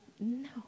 No